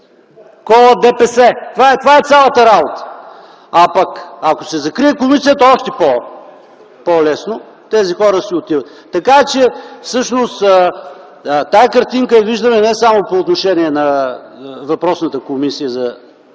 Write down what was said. ДПС? В това е цялата работа. А пък, ако се закрие комисията, още по-лесно – тези хора си отиват. Така че, всъщност тази картинка я виждаме не само по отношение на въпросната Комисия за